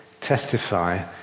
testify